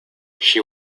she